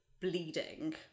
bleeding